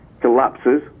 collapses